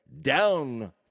down